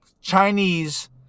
Chinese